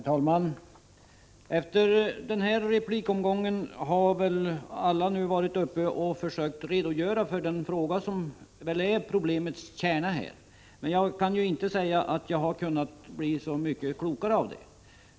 Herr talman! Efter den här replikomgången har väl alla nu varit uppe och försökt redogöra för den fråga som är problemets kärna, men jag kan inte påstå att jag har blivit så mycket klokare av det.